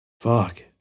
fuck